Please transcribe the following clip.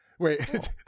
Wait